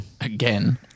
Again